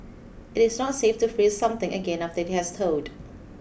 it is not safe to freeze something again after it has thawed